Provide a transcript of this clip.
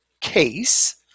case